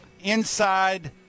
inside